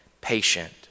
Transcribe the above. patient